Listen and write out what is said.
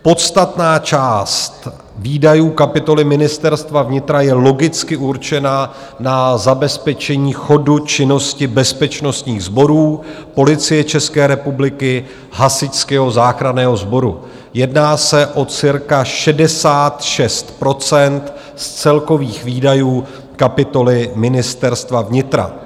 Podstatná část výdajů kapitoly Ministerstva vnitra je logicky určena na zabezpečení chodu, činnosti bezpečnostních sborů Policie České republiky, Hasičského záchranného sboru, jedná se o cirka 66 % z celkových výdajů kapitoly Ministerstva vnitra.